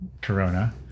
Corona